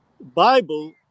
Bible